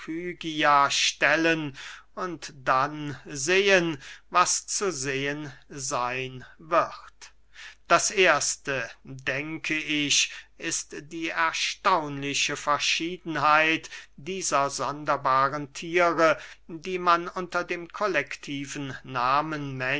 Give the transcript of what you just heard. stellen und dann sehen was zu sehen seyn wird das erste denke ich ist die erstaunliche verschiedenheit dieser sonderbaren thiere die man unter dem kollektiven nahmen